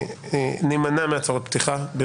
בשל הזמן הקצר נימנע מהצעות לסדר בפתיחה.